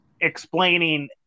explaining